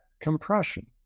compression